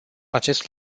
acest